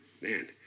man